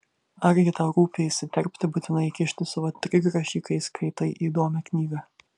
argi tau rūpi įsiterpti būtinai įkišti savo trigrašį kai skaitai įdomią knygą